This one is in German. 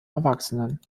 erwachsenen